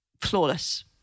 flawless